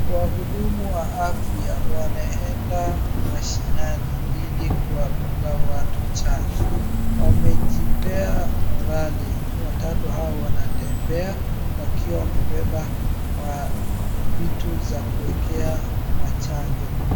Wahudumu wa afya wanaenda mashinani ili kuwadunga watu chanjo. Wamejipea morali , watatu hawa wanatembea wakiwa wamebeba vitu za kuekea machanjo.